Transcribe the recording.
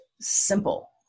simple